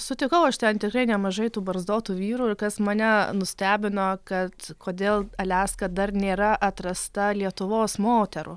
sutikau aš ten tikrai nemažai tų barzdotų vyrų ir kas mane nustebino kad kodėl aliaska dar nėra atrasta lietuvos moterų